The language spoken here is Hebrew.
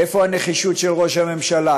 איפה הנחישות של ראש הממשלה?